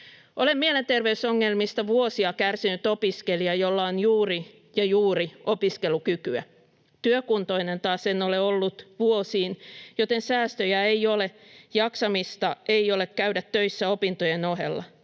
"Olen mielenterveysongelmista vuosia kärsinyt opiskelija, jolla on juuri ja juuri opiskelukykyä. Työkuntoinen taas en ole ollut vuosiin, joten säästöjä ei ole, jaksamista ei ole käydä töissä opintojen ohella.